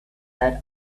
that